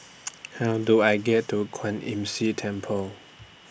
How Do I get to Kwan Imm See Temple